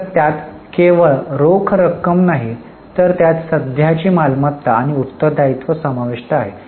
तर त्यात केवळ रोख रक्कम नाही तर त्यात सध्याची मालमत्ता आणि उत्तर दायित्व समाविष्ट आहे